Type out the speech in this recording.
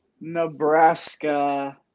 Nebraska